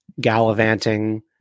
gallivanting